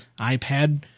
iPad